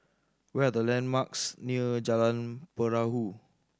what are the landmarks near Jalan Perahu